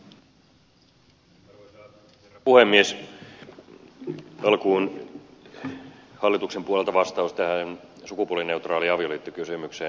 alkuun hallituksen puolelta vastaus tähän sukupuolineutraali avioliitto kysymykseen